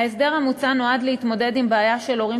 ההסדר המוצע נועד להתמודד עם הבעיה שהורים